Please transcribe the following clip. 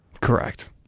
Correct